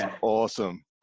awesome